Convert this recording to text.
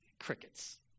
crickets